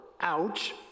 ouch